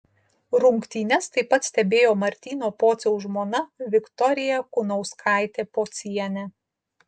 rungtynes taip pat stebėjo martyno pociaus žmona viktorija kunauskaitė pocienė